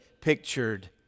pictured